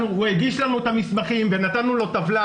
הוא הגיש לנו את המסמכים ונתנו לו טבלה,